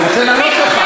אני רוצה לענות לך.